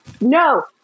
No